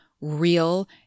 real